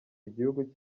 igihugu